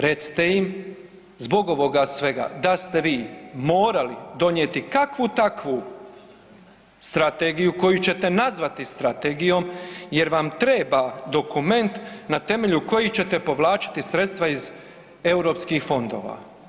Recite im zbog ovoga svega da ste vi morali donijeti kakvu takvu strategiju koju ćete nazvati Strategijom jer vam treba dokument na temelju kojih ćete povlačiti sredstva iz EU fondova.